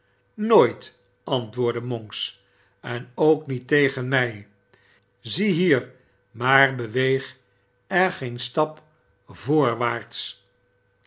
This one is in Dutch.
nooit antwoordde monks en ook niet tegen mij ziehier maar beweeg je geen stap voorwaarts